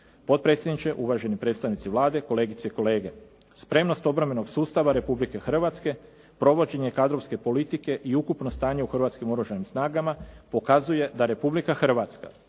potpredsjedniče, uvaženi predstavnici Vlade, kolegice i kolege. Spremnog obrambenog sustava Republike Hrvatske, provođenje kadrovske politike i ukupno stanje u Hrvatski oružanim snagama, pokazuje da Republika Hrvatska